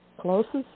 closest